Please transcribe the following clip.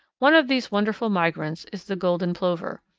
one of these wonderful migrants is the golden plover.